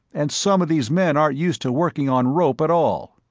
and some of these men aren't used to working on rope at all.